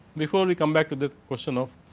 before, we come back to the question of